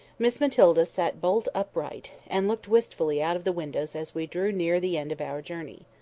miss matilda sat bolt upright, and looked wistfully out of the windows as we drew near the end of our journey.